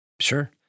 Sure